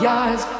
eyes